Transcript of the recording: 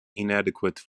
inadequate